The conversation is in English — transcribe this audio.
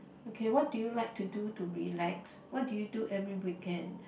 okay what do you like to do to relax what do you do every weekend